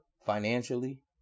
financially